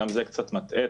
גם זה קצת מטעה.